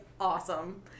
Awesome